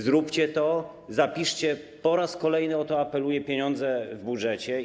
Zróbcie to, zapiszcie, po raz kolejny o to apeluję, pieniądze w budżecie.